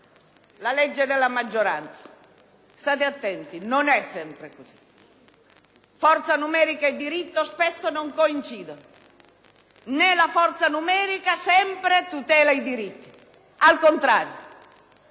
la legge della maggioranza: state attenti, non è sempre così. Forza numerica e diritto spesso non coincidono, né la forza numerica sempre tutela i diritti. Al contrario,